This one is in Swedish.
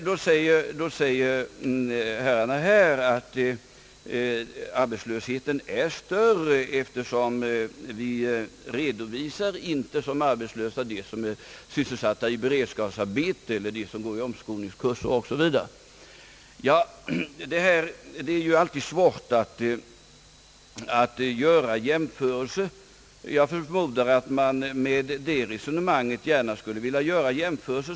Då säger herrarna här, att arbetslösheten är större, eftersom vi inte som arbetslösa redovisar dem som är sysselsatta i beredskapsarbeten eller går på omskolningskurser osv. Ja, det är alltid svårt att göra jämförelser, men jag förmodar att det finns de som gärna vill göra det.